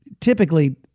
typically